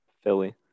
philly